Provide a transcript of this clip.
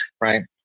right